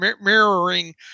mirroring